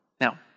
Now